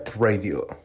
Radio